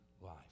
life